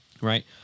right